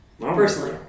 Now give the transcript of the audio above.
Personally